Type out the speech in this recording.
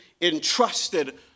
entrusted